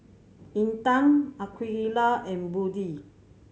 Intan Aqeelah and Budi